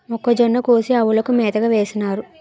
మొక్కజొన్న కోసి ఆవులకు మేతగా వేసినారు